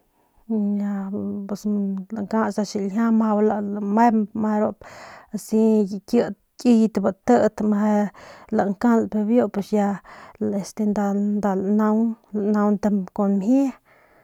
Ya lae pus lankats nda xiljia mjau lamemp meje ru asi kit batit meje lankalp biu ya este nda lanaung lanaunt kun mjie.